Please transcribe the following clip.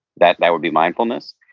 that that would be mindfulness,